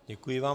Děkuji vám.